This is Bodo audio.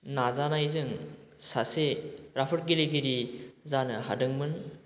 नाजानायजों सासे राफोद गेलेगिरि जानो हादोंमोन